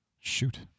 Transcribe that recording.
Shoot